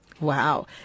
wow